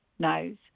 knows